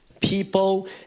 people